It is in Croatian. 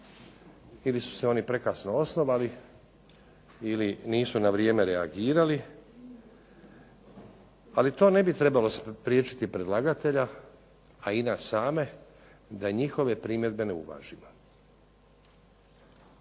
Ili su se oni prekasno osnovali, ili nisu na vrijeme reagirali, ali to ne bi trebalo spriječiti predlagatelja, a i nas same da njihove primjedbe ne uvažimo.